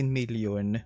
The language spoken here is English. million